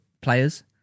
players